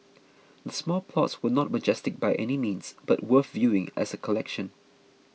the small plots were not majestic by any means but worth viewing as a collection